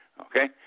Okay